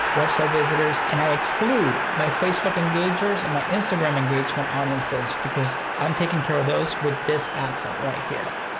website visitors and i exclude my facebook engagers and my instagram engagement audiences because i'm taking care of those with this adset right here,